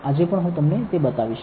આજે પણ હું તમને તે બતાવીશ